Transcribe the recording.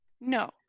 no